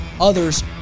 others